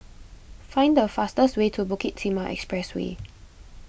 find the fastest way to Bukit Timah Expressway